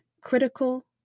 Critical